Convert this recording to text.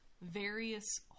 various